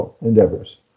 endeavors